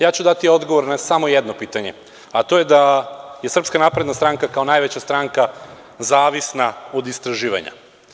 Ja ću dati odgovor na samo jedno pitanje, a to je da je SNS kao najveća stranka zavisna od istraživanja.